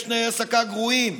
יש תנאי העסקה גרועים,